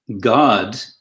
God